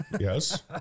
yes